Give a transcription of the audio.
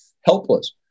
helpless